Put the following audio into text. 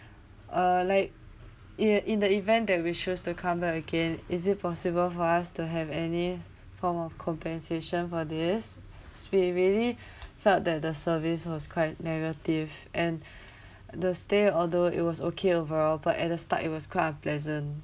uh like in in the event that we choose to come back again is it possible for us to have any form of compensation for this cause we really felt that the service was quite negative and the stay although it was okay overall but at the start it was quite unpleasant